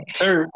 sir